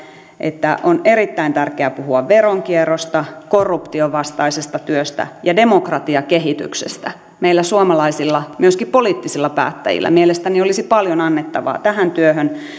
että on erittäin tärkeää puhua veronkierrosta korruption vastaisesta työstä ja demokratiakehityksestä meillä suomalaisilla myöskin poliittisilla päättäjillä mielestäni olisi paljon annettavaa tähän työhön